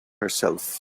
herself